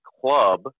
club